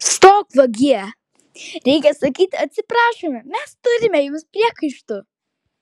stok vagie reikia sakyti atsiprašome mes turime jums priekaištų